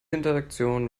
interaktion